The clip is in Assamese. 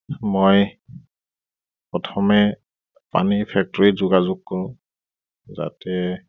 মই প্ৰথমে পানীৰ ফেক্টৰীত যোগাযোগ কৰোঁ যাতে